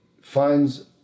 finds